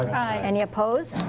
aye. any opposed?